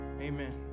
amen